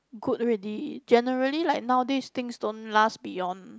good already generally like now these things don't last beyond